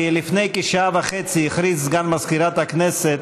כי לפני כשעה וחצי הכריז סגן מזכירת הכנסת